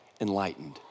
enlightened